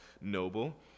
noble